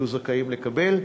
יהיו זכאים לקבל,